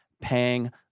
paying